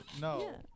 No